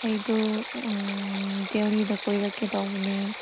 ꯑꯩꯗꯣ ꯗꯦꯜꯍꯤꯗ ꯀꯣꯏꯔꯛꯀꯦ ꯇꯧꯕꯅꯦ